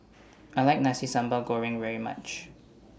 I like Nasi Sambal Goreng very much